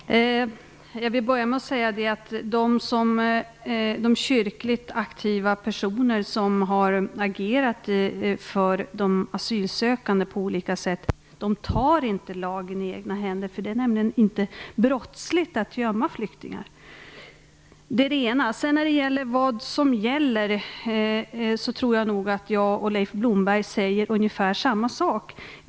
Fru talman! Jag vill börja med att säga att de kyrkligt aktiva personer som på olika sätt har agerat för de asylsökande inte tar lagen i egna händer. Det är nämligen inte brottsligt att gömma flyktingar. Det är det ena. När det sedan gäller vad som gäller tror jag nog att jag och Leif Blomberg säger ungefär samma sak.